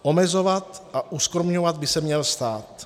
Omezovat a uskromňovat by se měl stát.